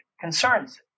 concerns